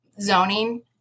zoning